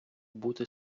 бути